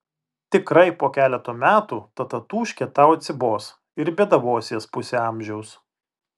tikrai po keleto metų ta tatūškė tau atsibos ir bėdavosies pusę amžiaus